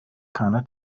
keine